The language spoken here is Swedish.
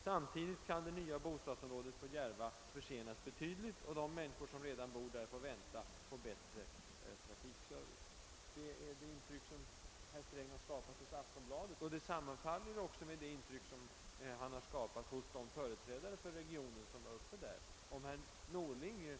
——— Samtidigt kan det nya bostadsområdet på Järva försenas betydligt. Och de människor som redan bor där får vänta på bättre trafikser Vice.» Det är det intryck som herr Sträng har skapat hos Aftonbladet, och det sammanfaller med det intryck han har skapat hos de företrädare för regionen som gjorde uppvaktningen.